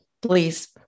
please